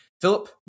Philip